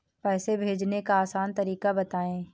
पैसे भेजने का आसान तरीका बताए?